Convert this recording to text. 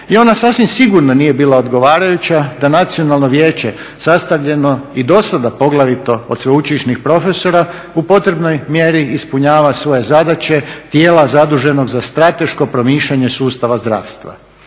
i ona sasvim sigurno nije bila odgovarajuća da Nacionalno zdravstveno vijeće sastavljeno i do sada poglavito od sveučilišnih profesora u potrebnoj mjeri ispunjava svoje zadaće tijela zaduženog za strateško promišljanje sustava zdravstva.